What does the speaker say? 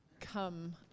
come